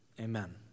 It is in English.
Amen